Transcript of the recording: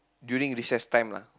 during recess time lah